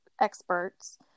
experts